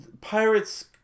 Pirates